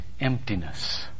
emptiness